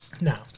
Now